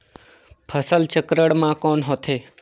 फसल चक्रण मा कौन होथे?